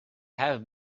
have